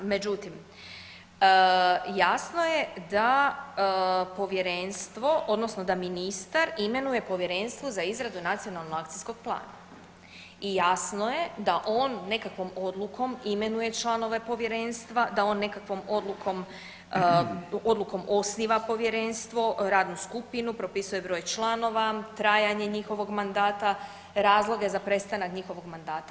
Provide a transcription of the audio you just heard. Međutim, jasno je da povjerenstvo odnosno da ministar imenuje povjerenstvo za izradu nacionalnog akcijskog plana i jasno je da on nekakvom odlukom imenuje članove povjerenstva, da on nekakvom odlukom, odlukom osniva povjerenstvo, radnu skupinu, propisuje broj članova, trajanje njihovog mandata, razloge za prestanak njihovog mandata.